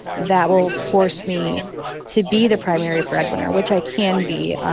that will force me to be the primary breadwinner, which i can be.